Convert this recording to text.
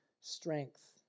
strength